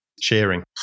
sharing